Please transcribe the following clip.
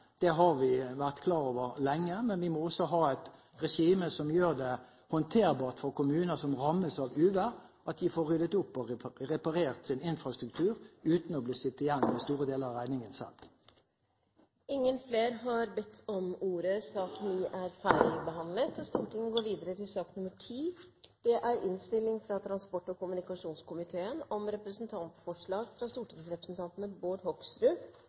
Det har vi vært klar over lenge, men vi må også ha et regime som gjør det håndterbart for kommuner som rammes av uvær, slik at de får ryddet opp og reparert sin infrastruktur uten å bli sittende igjen med store deler av regningen selv. Flere har ikke bedt om ordet til sak nr. 9. Etter ønske fra transport- og kommunikasjonskomiteen